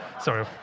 sorry